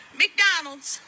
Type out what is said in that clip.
mcdonald's